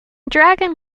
dragon